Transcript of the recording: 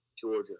Georgia